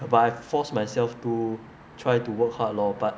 but I force myself to try to work hard lor but